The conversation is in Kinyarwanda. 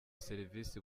serivisi